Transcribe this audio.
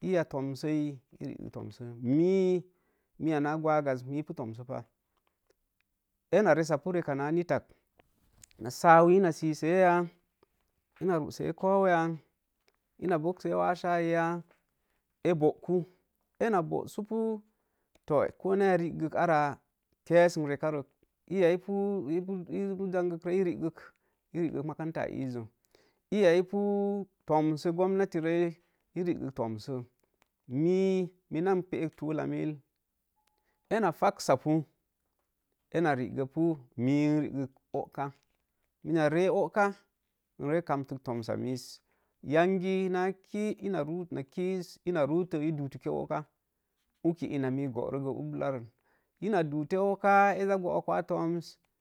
iya tomsei, i riigig, me a naa gwaagaz, ipu tomsopal de na resapu reka naa nittak na sauwi ina siseya? Ina ruuse kouya, ina boksee wa saii ya? Ee booku, ee na boosu to ko neya riigig ara kesənak ree, iya ipu zangək rei, irii gik makarantaa isə, iya pu tomso gwannati rei, i riigig tomsə, mee mina n pee tula mil, ee na fax sapu ee na rigəpu, mii n riigig ooka, me na ree ooka, n ree kamtok tomsa miss, yangi naa kiz, ina roto ee dotoke ooka, uki ina mii n booroo gə ubla rein, ina dote ooka, ee zaa boruk wa toms